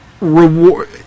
reward